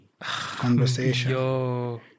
conversation